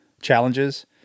challenges